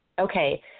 okay